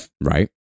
Right